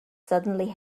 suddenly